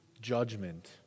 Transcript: judgment